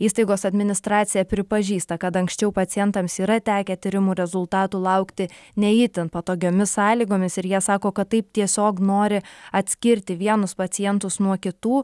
įstaigos administracija pripažįsta kad anksčiau pacientams yra tekę tyrimų rezultatų laukti ne itin patogiomis sąlygomis ir jie sako kad taip tiesiog nori atskirti vienus pacientus nuo kitų